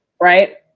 Right